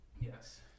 yes